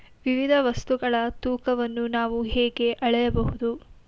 ವಿವಿಧ ವಸ್ತುಗಳ ತೂಕವನ್ನು ನಾವು ಹೇಗೆ ಅಳೆಯಬಹುದು?